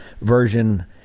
version